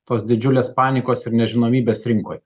tos didžiulės panikos ir nežinomybės rinkoj